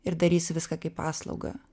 ir darys viską kaip paslaugą